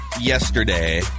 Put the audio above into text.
yesterday